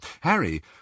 Harry